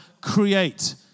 create